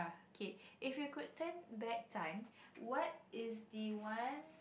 K if you could turn back time what is the one